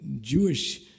Jewish